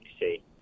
see